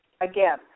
again